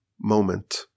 moment